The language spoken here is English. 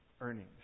earnings